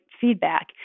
feedback